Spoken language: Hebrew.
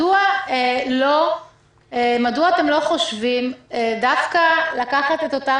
מדוע אתם לא חושבים דווקא לקחת את אותם